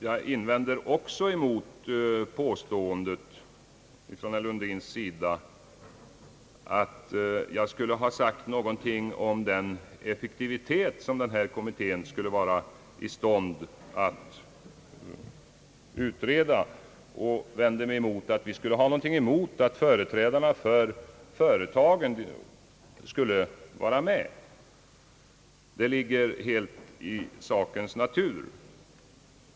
Jag invänder också mot herr Lundins påstående, att jag skulle ha sagt någonting om den effektivitet, med vilken denna kommitté skulle vara i stånd att arbeta. Jag vänder mig också emot påståendet att vi skulle ha någonting emot att företrädarna för de statliga företagen skulle vara med — det ligger ju helt i sakens natur.